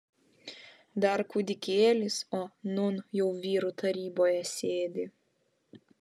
dar kūdikėlis o nūn jau vyrų taryboje sėdi